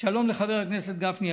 "שלום לחבר הכנסת גפני.